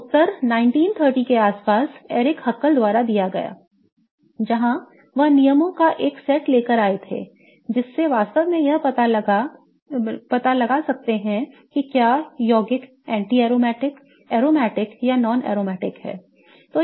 और उत्तर 1930 के आसपास Erich Huckel द्वारा दिया गया था जहां वह नियमों का एक सेट लेकर आए थे जिससे वास्तव में यह पता लगा सकता है कि क्या यौगिक anti aromatic aromatic या non aromatic है